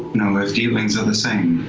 know if dealings are the same.